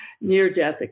near-death